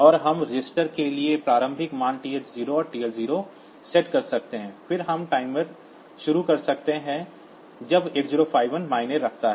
और हम रजिस्टरों के लिए प्रारंभिक मान TH0 और TL0 सेट कर सकते हैं फिर हम टाइमर शुरू कर सकते हैं जब 8051 मायने रखता है